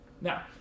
Now